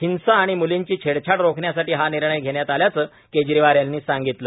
हिंसा आणि मुलींची छेडछाड रोखण्यासाठी हा निर्णय घेण्यात आल्याचं केजरीवाल यांनी सांगितलं